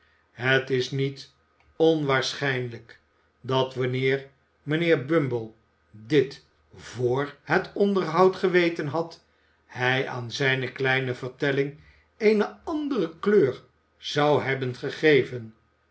het is niet onwaarschijnlijk dat wanneer j mijnheer bumble dit vr het onderhoud geweten had hij aan zijne kleine vertelling eene andere kleur zou hebben gegeven